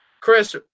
Chris